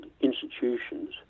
institutions